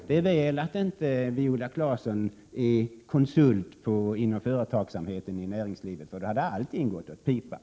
Det är väl att inte Viola Claesson är konsult inom företagsamheten i näringslivet, då hade allting gått åt pipan!